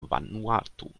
vanuatu